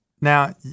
Now